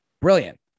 brilliant